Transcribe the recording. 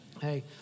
Hey